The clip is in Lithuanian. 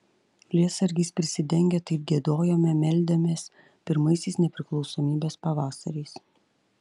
lietsargiais prisidengę taip giedojome meldėmės pirmaisiais nepriklausomybės pavasariais